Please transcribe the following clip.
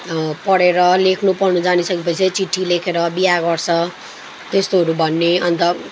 पढेर लेख्नु पढ्नु जानिसके पछि चिट्ठी लेखेर बिहा गर्छ त्यस्तोहरू भन्ने अन्त